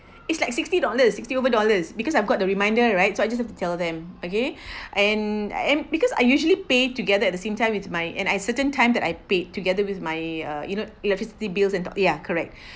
it's like sixty dollars sixty over dollars because I've got the reminder right so I just have to tell them okay and and because I usually pay together at the same time with my and I certain time that I paid together with my uh you know electricity bills and ya correct